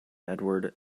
edward